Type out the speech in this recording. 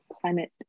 climate